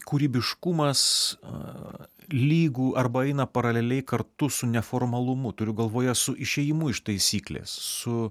kūrybiškumas a lygų arba eina paraleliai kartu su neformalumu turiu galvoje su išėjimu iš taisyklės su